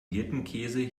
hirtenkäse